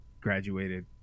graduated